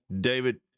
David